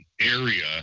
area